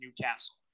Newcastle